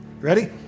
Ready